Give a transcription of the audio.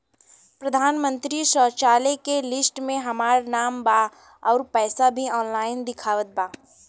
प्रधानमंत्री शौचालय के लिस्ट में हमार नाम बा अउर पैसा भी ऑनलाइन दिखावत बा